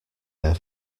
air